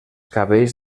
cabells